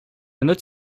note